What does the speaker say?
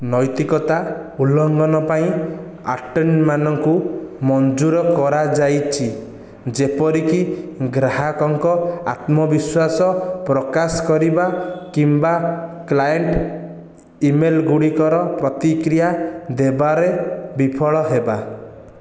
ନୈତିକତା ଉଲ୍ଲଂଘନ ପାଇଁ ଆଟର୍ଣ୍ଣି ମାନଙ୍କୁ ମଞ୍ଜୁର କରାଯାଇଛି ଯେପରି କି ଗ୍ରାହକଙ୍କ ଆତ୍ମବିଶ୍ୱାସ ପ୍ରକାଶ କରିବା କିମ୍ବା କ୍ଲାଏଣ୍ଟ ଇ ମେଲ୍ ଗୁଡ଼ିକର ପ୍ରତିକ୍ରିୟା ଦେବାରେ ବିଫଳ ହେବା